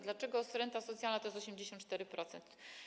Dlaczego renta socjalna to jest 84%?